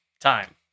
Time